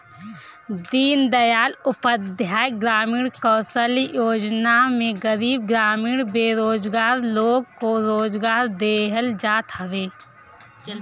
दीनदयाल उपाध्याय ग्रामीण कौशल्य योजना में गरीब ग्रामीण बेरोजगार लोग को रोजगार देहल जात हवे